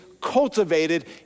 cultivated